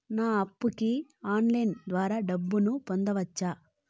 నా అప్పుకి ఆన్లైన్ ద్వారా డబ్బును పంపొచ్చా